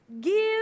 give